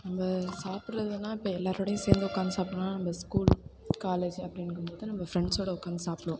நம்ம சாப்பிட்றதுனா இப்போ எல்லோரோடயும் சேர்ந்து உட்காந்து சாப்பிட்டோமுன்னா நம்ம ஸ்கூல் காலேஜ் அப்படிங்கும் போது நம்ம ஃப்ரெண்ட்ஸோடு உட்காந்து சாப்பிடுவோம்